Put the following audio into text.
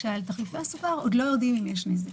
כאשר לגבי תחליפי הסוכר עוד לא יודעים אם יש נזק.